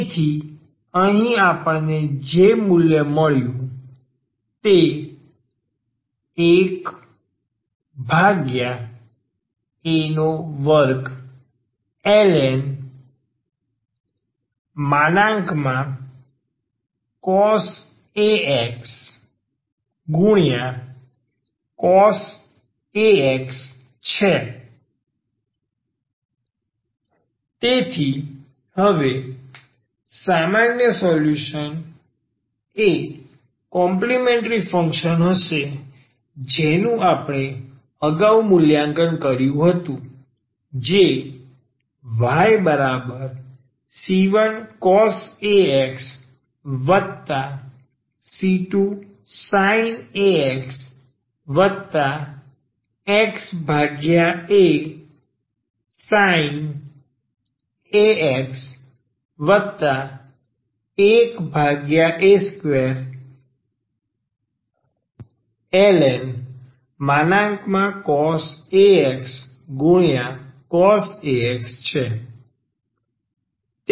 તેથી આ અહીં આપણને જે મળ્યું તે 1a2ln |cos ax | cos ax છે તેથી હવે સામાન્ય સોલ્યુશન એ કોમ્પલિમેન્ટ્રી ફંક્શન હશે જેનું આપણે અગાઉ મૂલ્યાંકન કર્યું હતું જે yc1cos ax c2sin ax xasin ax 1a2ln |cos ax | cos ax છે